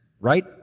right